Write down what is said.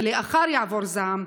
ולאחר שיעבור זעם,